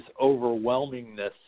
overwhelmingness